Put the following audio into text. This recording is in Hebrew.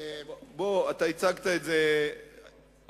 בשנה שעברה זה לא ירד.